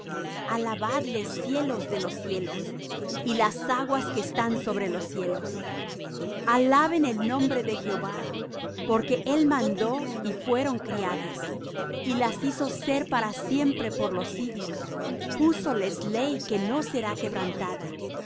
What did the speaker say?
alabadle cielos de los cielos y las aguas que están sobre los cielos alaben el nombre de jehová porque él mandó y fueron criadas y las hizo ser para siempre por los siglos púso les ley que no será quebrantada